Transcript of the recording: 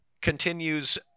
continues